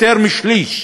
יותר משליש.